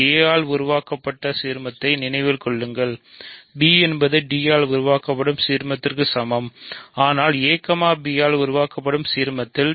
a ஆல் உருவாக்கப்படும் சீர்மத்தை நினைவில் கொள்ளுங்கள் b என்பது d ஆல் உருவாக்கப்படும் சீர்மத்திற்கு சமம் ஆனால் a b ஆல் உருவாக்கப்படும் சீர்மத்தின்